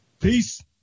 Peace